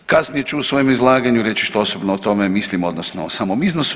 Kasnije ću u svojem izlaganju reći što osobno o tome mislim, odnosno o samom iznosu.